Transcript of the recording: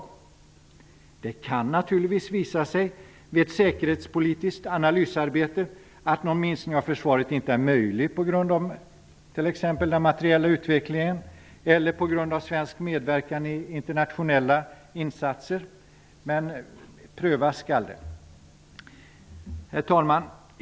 Vid ett säkerhetspolitiskt analysarbete kan det naturligtvis visa sig att någon minskning av försvaret inte är möjlig på grund av t.ex. den materiella utvecklingen eller någon svensk medverkan i internationella insatser. Men det skall i alla fall prövas. Herr talman!